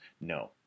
no